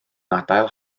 adael